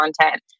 content